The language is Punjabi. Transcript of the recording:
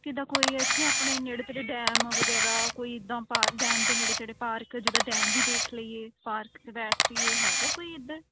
ਜਿੱਦਾਂ ਕੋਈ ਇੱਥੇ ਆਪਣੇ ਨੇੜੇ ਤੇੜੇ ਡੈਮ ਵਗੈਰਾ ਕੋਈ ਇੱਦਾਂ ਪਾਰਕ ਡੈਮ ਦੇ ਨੇੜੇ ਤੇੜੇ ਪਾਰਕ ਜਿੱਦਾਂ ਡੈਮ ਵੀ ਦੇਖ ਲਈਏ ਪਾਰਕ 'ਚ ਬੈਠ ਜਾਈਏ ਹੈਗਾ ਕੋਈ ਇੱਦਾਂ